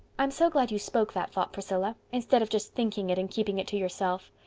i'm so glad you spoke that thought, priscilla, instead of just thinking it and keeping it to yourself.